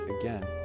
again